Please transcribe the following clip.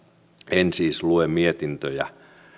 en siis lue mietintöjä